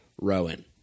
Rowan